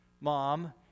mom